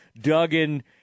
Duggan